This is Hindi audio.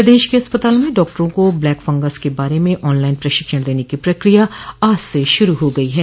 प्रदेश के अस्पतालों में डाक्टरों को ब्लैक फंगस के बारे में ऑनलाइन प्रशिक्षण देने की प्रक्रिया आज से शुरू हो गयी है